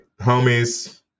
homies